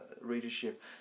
readership